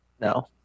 no